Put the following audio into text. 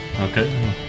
Okay